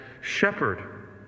shepherd